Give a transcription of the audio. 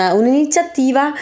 un'iniziativa